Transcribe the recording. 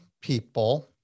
people